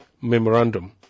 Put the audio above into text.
memorandum